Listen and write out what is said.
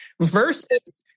Versus